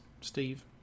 Steve